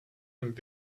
und